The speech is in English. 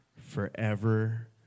forever